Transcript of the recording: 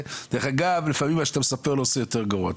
דרך אגב, לפעמים מה שאתה מספר לו עושה את הסיפור